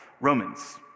Romans